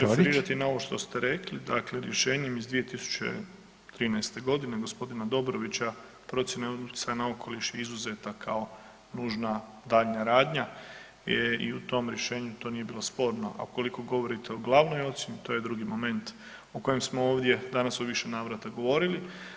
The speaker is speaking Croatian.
Još jednom ću se referirati na ovo što ste rekli, dakle rješenjem iz 2013. g. gospodina Dobrovića procjena utjecaja na okoliš je izuzeta kao nužna daljnja radnja i u tom rješenju to nije bilo sporno, a ukoliko govorite o glavnoj ocjeni, to je drugi moment o kojem smo ovdje danas u više navrata govorili.